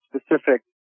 specific